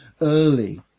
early